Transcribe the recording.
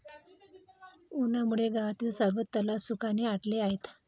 उन्हामुळे गावातील सर्व तलाव सुखाने आटले आहेत